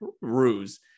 ruse